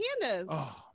candace